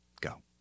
Go